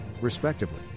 respectively